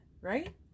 right